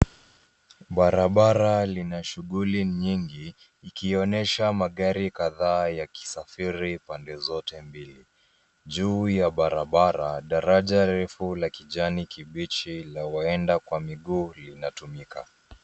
Barabara lina shughuli nyingi ikionyesha magari kadhaa yakisafiri pande zote mbili. Juu ya barabara daraja refu la kijani kibichi la waenda kwa miguu linatumika.